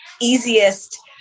easiest